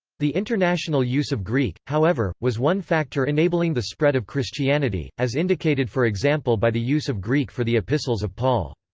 the international use of greek, however, was one factor enabling the spread of christianity, as indicated for example by the use of greek for the epistles of paul.